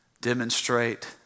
demonstrate